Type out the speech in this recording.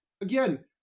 Again